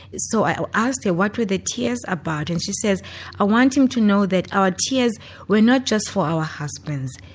so i asked them what were the tears about and she says i want him to know that our tears were not just for our husbands,